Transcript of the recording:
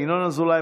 ינון אזולאי,